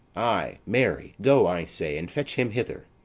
ay, marry, go, i say, and fetch him hither.